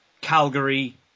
Calgary